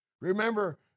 Remember